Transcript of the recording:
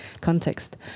context